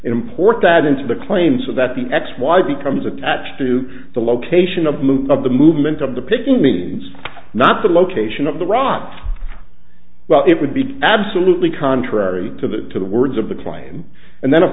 import that into the claim so that the x y becomes attached to the location of the mood of the movement of the picking means not the location of the rock well it would be absolutely contrary to the to the words of the client and then of